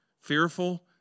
fearful